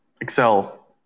excel